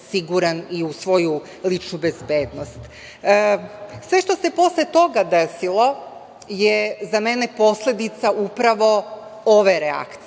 siguran i u svoju ličnu bezbednost. Sve što se posle toga desilo je za mene posledica upravo ove reakcije